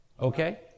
Okay